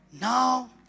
Now